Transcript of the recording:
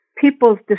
people's